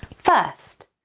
first,